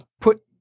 put